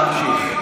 להמשיך.